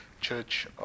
church